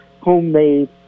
homemade